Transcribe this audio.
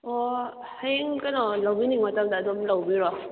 ꯑꯣ ꯍꯌꯦꯡ ꯀꯩꯅꯣ ꯂꯧꯕꯤꯅꯤꯡꯕ ꯃꯇꯝꯗ ꯑꯗꯨꯝ ꯂꯧꯕꯤꯔꯣ